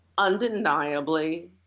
undeniably